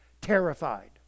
terrified